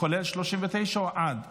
כולל 39 או עד?